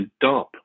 dump